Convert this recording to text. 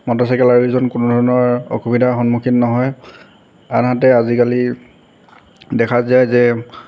motorcycle আৰোহীজন কোনো ধৰণৰ অসুবিধাৰ সন্মুখীন নহয় আনহাতে আজিকালি দেখা যায় যে